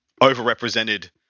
Overrepresented